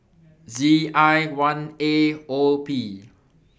Z I one A O P